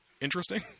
interesting